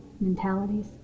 mentalities